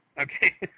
okay